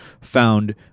found